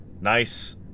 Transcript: Nice